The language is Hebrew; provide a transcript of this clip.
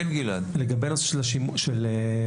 נושא השימוש.